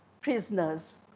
prisoners